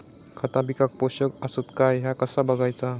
खता पिकाक पोषक आसत काय ह्या कसा बगायचा?